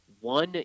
one